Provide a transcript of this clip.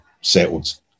settled